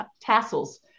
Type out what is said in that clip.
tassels